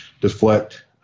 deflect